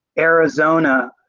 arizona,